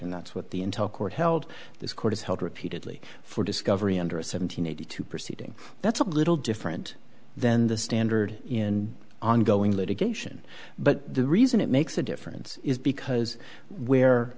and that's what the intel court held this court has held repeatedly for discovery under a seven hundred eighty two proceeding that's a little different than the standard in ongoing litigation but the reason it makes a difference is because where